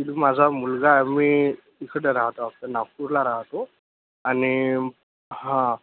माझा मुलगा आम्ही इकडंं राहतो आपलं नागपूरला राहतो आणि हा